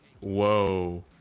Whoa